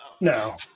No